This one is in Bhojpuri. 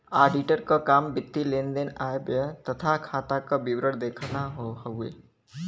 ऑडिटर क काम वित्तीय लेन देन आय व्यय तथा खाता क विवरण देखना हउवे